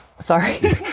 Sorry